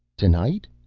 tonight?